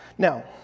Now